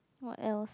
what else